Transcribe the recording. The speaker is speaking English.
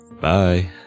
Bye